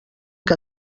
que